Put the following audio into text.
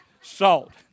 salt